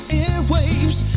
airwaves